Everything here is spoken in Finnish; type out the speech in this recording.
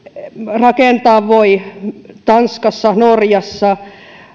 rakentaa voi tanskassa norjassa